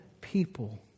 people